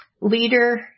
leader